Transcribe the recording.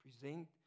Present